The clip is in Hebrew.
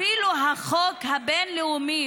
אפילו החוק הבין-לאומי,